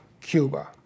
Cuba